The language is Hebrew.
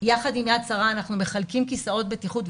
יחד עם יד שרה אנחנו מחלקים כיסאות בטיחות,